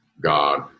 God